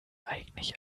eigentlich